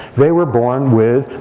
they were born with,